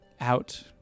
out